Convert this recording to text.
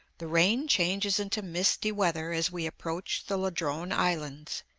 the rain changes into misty weather as we approach the ladrone islands,